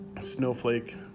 Snowflake